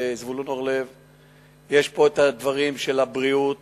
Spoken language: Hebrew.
יש פה הדברים של הבריאות,